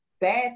bad